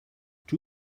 two